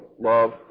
love